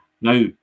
Now